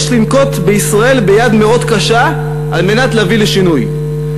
יש לנקוט בישראל יד מאוד קשה על מנת להביא לשינוי".